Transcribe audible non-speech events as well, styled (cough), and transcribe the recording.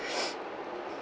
(breath)